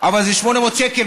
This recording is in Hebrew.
אבל זה 800 שקל.